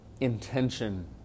intention